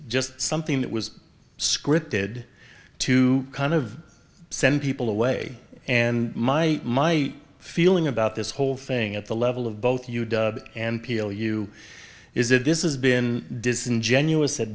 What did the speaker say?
just something that was scripted to kind of send people away and my my feeling about this whole thing at the level of both you and peel you is that this is been disingenuous at